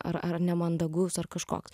ar ar nemandagus ar kažkoks